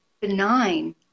benign